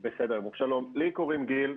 שלום, לי קוראים גיל.